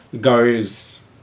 goes